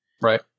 Right